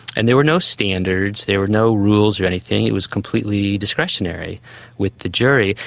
and there were no standards, there were no rules or anything, it was completely discretionary with the jury,